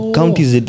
counties